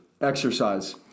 Exercise